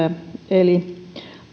eli